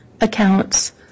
accounts